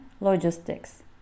logistics